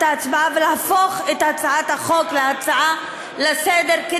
ההצבעה ולהפוך את הצעת החוק להצעה לסדר-היום,